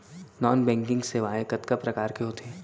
non banking सेवाएं कतका प्रकार के होथे